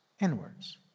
inwards